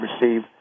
receive